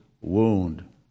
wound